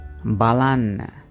Balan